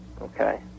Okay